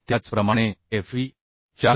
त्याचप्रमाणे Fe